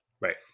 Right